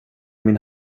min